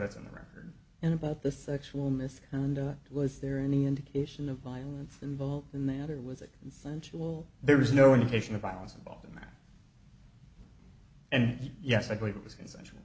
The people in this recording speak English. that's on the record in both the sexual misconduct was there any indication of violence involved in that or was it consensual there was no indication of violence involved in that and yes i believe it was consensual